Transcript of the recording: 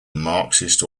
marxist